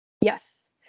Yes